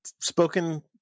spoken